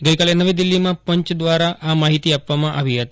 ગઈકાલે નવી દિલ્હીમાં પંચદ્વારા આ માહિતી આપવામાં આવી હતી